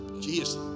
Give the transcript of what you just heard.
Jesus